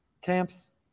camps